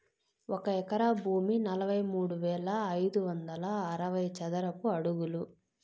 ఒక ఎకరా భూమి నలభై మూడు వేల ఐదు వందల అరవై చదరపు అడుగులు